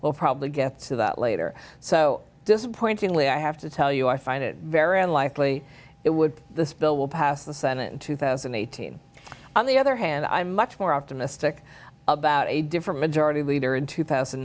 we'll probably get to that later so disappointingly i have to tell you i find it very unlikely it would this bill will pass the senate in two thousand and eighteen on the other hand i'm much more optimistic about a different majority leader in two thousand